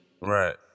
Right